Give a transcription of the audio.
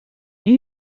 new